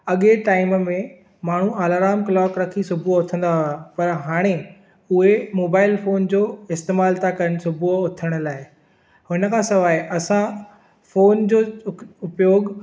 अॻे टाइम में माण्हू अलार्म क्लॉक रखी सुबुहु उथंदा हुआ पर हाणे उहे मोबाइल फोन जो इस्तेमाल था कनि सुबुहु उथण लाइ हिन खां सवाइ असां फोन जो उपयोग